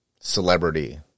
celebrity